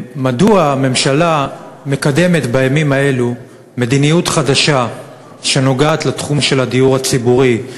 מדוע הממשלה מקדמת בימים האלה מדיניות חדשה שנוגעת לתחום הדיור הציבורי,